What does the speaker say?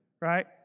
right